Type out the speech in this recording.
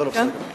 בסדר גמור.